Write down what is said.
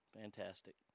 Fantastic